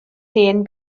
hen